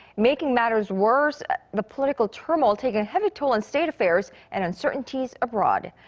making matters worse the political turmoil taking a heavy toll on state affairs. and uncertainties abroad.